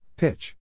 Pitch